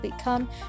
come